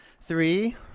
Three